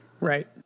Right